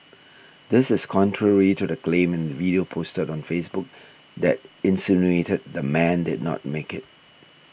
this is contrary to the claim in the video posted on Facebook that insinuated the man did not make it